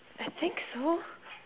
I think so